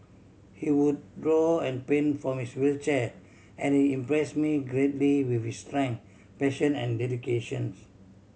he would draw and paint from his wheelchair and he impress me greatly with his strength passion and dedications